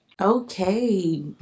okay